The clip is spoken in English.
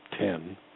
ten